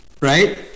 Right